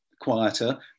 quieter